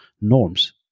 norms